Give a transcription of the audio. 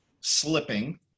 slipping